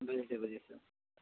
বুজিছোঁ বুজিছোঁ